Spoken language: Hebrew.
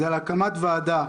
זה על הקמת ועדה